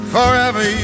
Forever